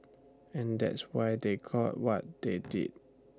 and that's why they got what they did